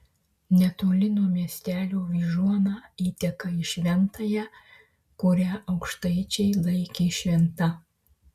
netoli nuo miestelio vyžuona įteka į šventąją kurią aukštaičiai laikė šventa